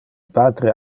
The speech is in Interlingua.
patre